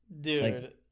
dude